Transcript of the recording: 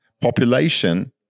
population